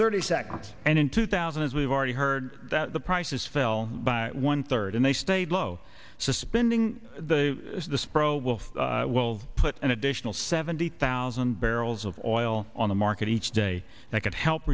thirty seconds and in two thousand and we've already heard that the prices fell by one third and they stayed low suspending the spro will will put an additional seventy thousand barrels of oil on the market each day that could help